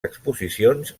exposicions